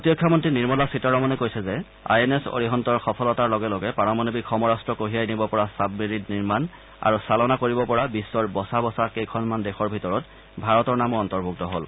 প্ৰতিৰক্ষা মন্ত্ৰী নিৰ্মলা সীতাৰমণে কৈছে যে আই এন এছ অৰিহন্তৰ সফলতাৰ লগে লগে পাৰমাণৱিক সমাৰাস্ত্ৰ কঢ়িয়াই নিব পৰা ছাবমেৰিণ নিৰ্মাণ আৰু চালনা কৰিব পৰা বিশ্বৰ বচা বচা কেইখনমান দেশৰ ভিতৰত ভাৰতৰ নামো অন্তৰ্ভূক্ত হল